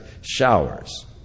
showers